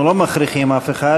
אנחנו לא מכריחים אף אחד,